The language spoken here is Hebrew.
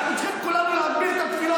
אנחנו צריכים כולם להגביר את התפילות,